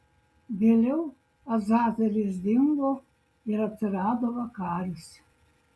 vėliau azazelis dingo ir atsirado vakaris